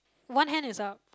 one hand is up